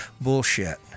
Bullshit